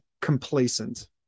complacent